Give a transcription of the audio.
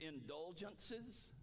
indulgences